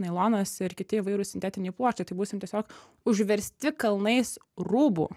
nailonas ir kiti įvairūs sintetiniai pluotai tai būsim tiesiog užversti kalnais rūbų